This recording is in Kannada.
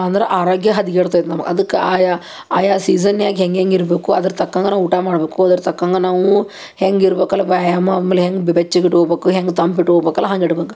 ಅಂದ್ರೆ ಅರೋಗ್ಯ ಹದ್ಗೆಡ್ತೈತೆ ನಮ್ಗೆ ಅದಕ್ಕೆ ಆಯಾ ಆಯಾ ಸೀಸನ್ಯಾಗ ಹೆಂಗೆ ಹೆಂಗೆ ಇರಬೇಕು ಅದ್ರ ತಕ್ಕಂಗರ ಊಟ ಮಾಡಬೇಕು ಅದ್ರ ತಕ್ಕಂಗ ನಾವೂ ಹೆಂಗೆ ಇರ್ಬೇಕಲ್ಲ ವ್ಯಾಯಾಮ ಆಮೇಲೆ ಹೆಂಗೆ ಬೆಚ್ಚಗೆ ಇಟ್ಕೊಬೇಕು ಹೆಂಗೆ ತಂಪು ಇಟ್ಕೊಬೇಕಲ್ಲ ಹಂಗೆ ಇಡ್ಬಕು